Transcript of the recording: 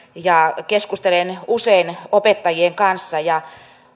ja keskustelen usein opettajien kanssa ja